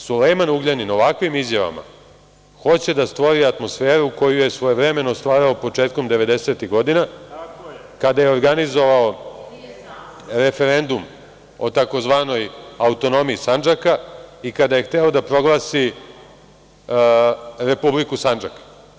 Sulejman Ugljanin ovakvim izjavama hoće da stvori atmosferu koju je svojevremeno stvarao početkom 90-ih godina, kada je organizovao referendum o tzv. autonomiji Sandžaka i kada je hteo da proglasi republiku Sandžak.